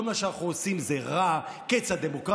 כל מה שאנחנו עושים זה רע, קץ הדמוקרטיה.